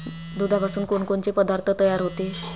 दुधापासून कोनकोनचे पदार्थ तयार होते?